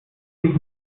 sich